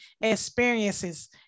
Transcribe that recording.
experiences